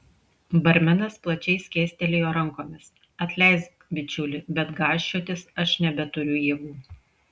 barmenas plačiai skėstelėjo rankomis atleisk bičiuli bet gąsčiotis aš nebeturiu jėgų